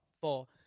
four